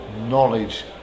knowledge